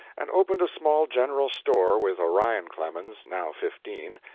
and opened a small general store with orion clemens, now fifteen,